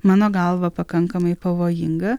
mano galva pakankamai pavojinga